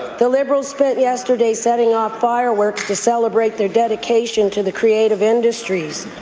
the liberals spent yesterday setting off fireworks to celebrate their dedication to the creative industries.